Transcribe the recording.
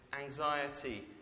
anxiety